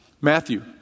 Matthew